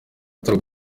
atari